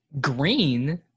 Green